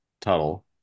tuttle